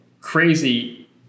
crazy